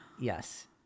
Yes